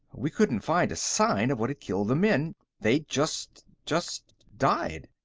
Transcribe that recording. we couldn't find a sign of what had killed the men they'd just just died.